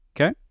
Okay